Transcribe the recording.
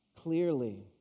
clearly